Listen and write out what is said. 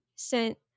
sent